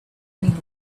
anymore